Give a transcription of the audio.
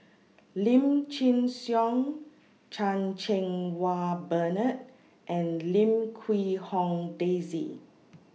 Lim Chin Siong Chan Cheng Wah Bernard and Lim Quee Hong Daisy